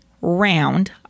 round